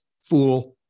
fool